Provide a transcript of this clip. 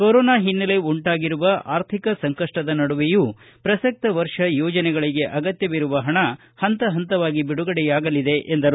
corona ಹಿನ್ನೆಲೆ ಉಂಟಾಗಿರುವ ಅರ್ಥಿಕ ಸಂಕಷ್ಟದ ನಡುವೆಯೂ ಪ್ರಸಕ್ತ ವರ್ಷ ಯೋಜನೆಗಳಿಗೆ ಅಗತ್ಯವಿರುವ ಹಣ ಹಂತ ಹಂತವಾಗಿ ಬಿಡುಗಡೆಯಾಗಲಿದೆ ಎಂದರು